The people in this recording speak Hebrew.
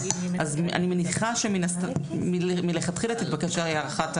אז אני מניחה שמלכתחילה תתבקש הארכת הזמנים.